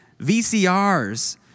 VCRs